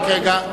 רק רגע.